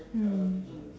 mm